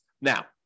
Now